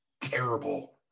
terrible